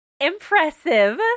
impressive